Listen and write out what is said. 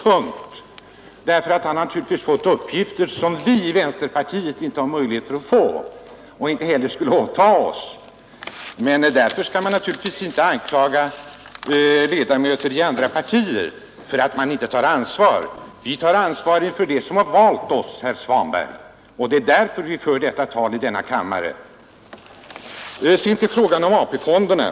Han har naturligtvis fått uppgifter som vi i vänsterpartiet kommunisterna inte har möjligheter att få, och inte heller skulle åta oss. Men därför skall man naturligtvis inte anklaga ledamöter av vänsterpartiet kommunisterna för att inte ta ansvar. Vi tar ansvar inför dem som har valt oss, herr Svanberg, och det är därför vi för detta tal här i kammaren. Så till frågan om AP-fonderna.